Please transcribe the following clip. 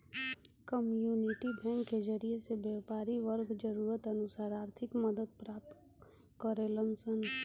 community bank के जरिए से व्यापारी वर्ग जरूरत अनुसार आर्थिक मदद प्राप्त करेलन सन